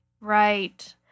Right